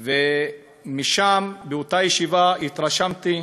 משם, מאותה ישיבה, התרשמתי